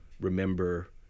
remember